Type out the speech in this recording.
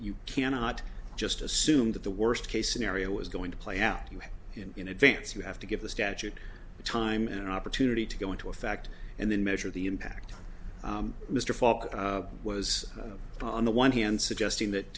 you cannot just assume that the worst case scenario is going to play out in advance you have to give the statute the time an opportunity to go into effect and then measure the impact mr falk was on the one hand suggesting that